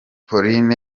paulin